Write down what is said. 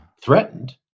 threatened